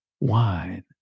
wine